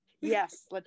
yes